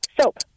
Soap